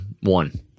one